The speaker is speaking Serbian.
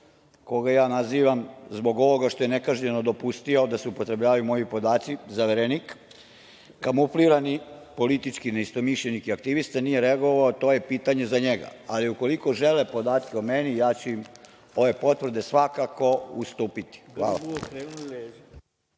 koga ja nazivam zbog ovoga što je nekažnjeno dopustio da se upotrebljavaju moji podaci, zaverenik, kamuflirani politički neistomišljenik i aktivista, nije reagovao, to je pitanje za njega. Ali, ukoliko žele podatke o meni, ja ću im ove potvrde svakako ustupiti. Hvala.